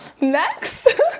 Next